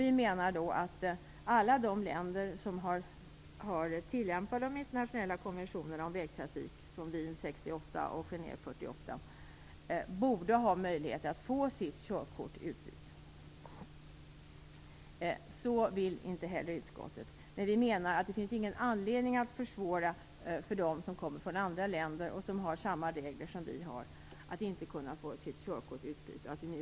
Vi anser då att alla personer från de länder som tillämpar internationella konventioner om vägtrafik - från Wien 1968 och Genève 1948 - borde ha möjlighet att få sina körkort utbytta. Men det vill inte utskottet. Det finns emellertid ingen anledning att försvåra för dem som kommer från andra länder och som har samma regler som vi har att inte kunna få sina körkort utbytta.